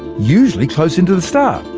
usually close in to the star.